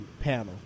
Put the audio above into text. panel